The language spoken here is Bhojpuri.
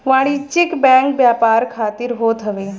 वाणिज्यिक बैंक व्यापार खातिर होत हवे